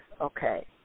okay